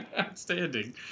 Outstanding